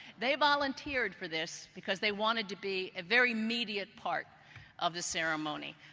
they volunteered for this because they wanted to be a very immediate part of the ceremony.